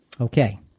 Okay